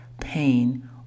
pain